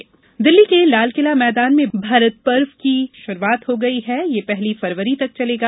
भारत पर्व दिल्ली के लालकिला मैदान में भारत पर्व की शुरूआत हो गई है यह पहली फरवरी तक चलेगा